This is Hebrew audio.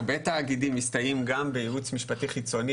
הרבה תאגידים מסתייעים גם בייעוץ משפטי חיצוני,